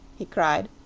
he cried,